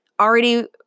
already